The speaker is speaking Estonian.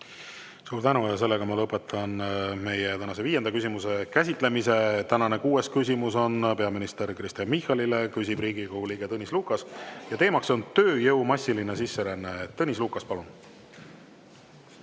Suur tänu! Ma lõpetan meie tänase viienda küsimuse käsitlemise. Tänane kuues küsimus on peaminister Kristen Michalile. Küsib Riigikogu liige Tõnis Lukas ja teema on tööjõu massiline sisseränne. Tõnis Lukas, palun!